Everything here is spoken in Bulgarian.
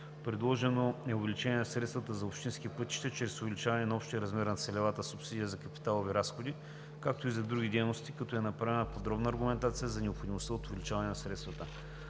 Предложено е увеличаване на средствата за общинските пътища чрез увеличаване на общия размер на целевата субсидия за капиталови разходи, както и за други дейности, като е направена подробна аргументация за необходимостта от увеличаване на средствата.